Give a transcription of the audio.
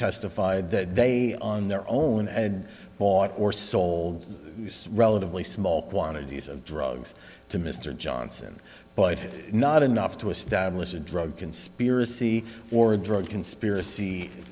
testified that they on their own and bought or sold relatively small quantities of drugs to mr johnson but not enough to establish a drug conspiracy or a drug conspiracy